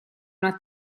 una